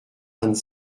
vingt